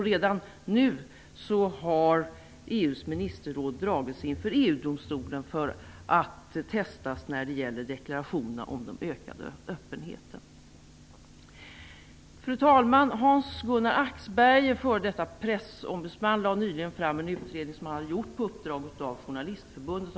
Redan nu har EU:s ministerråd dragits inför EU-domstolen för att testas när det gäller deklarationen om den ökade öppenheten. Fru talman! Hans-Gunnar Axberger, f.d. pressombudsman, lade nyligen fram en utredning som han har gjort på uppdrag av Journalistförbundet.